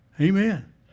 Amen